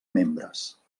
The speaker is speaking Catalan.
membres